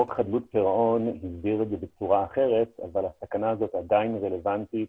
חוק חדלות פירעון הסדיר את זה בצורה אחרת אבל התקנה הזאת עדיין רלוונטית